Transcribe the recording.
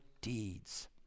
deeds